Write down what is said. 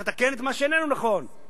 צריך לתקן את מה שאיננו נכון.